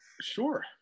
Sure